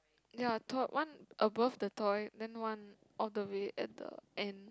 ya to one above the toy and one all the way at the end